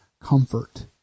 comfort